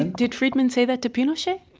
ah did friedman say that to pinochet?